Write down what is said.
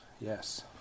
yes